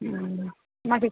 మాది